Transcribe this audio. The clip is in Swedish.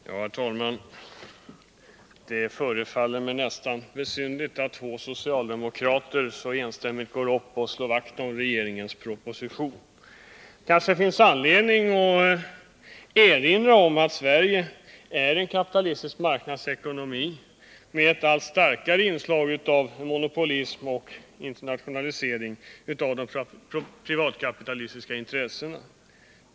Herr talman! Det förefaller mig närmast besynnerligt att två socialdemokrater så enstämmigt slår vakt om regeringens proposition. Det kanske finns anledning att erinra om att Sverige är en kapitalistisk marknadsekonomi, med ett allt starkare inslag av monopolism och internationalisering av de privatkapitalistiska intressena.